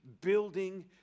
building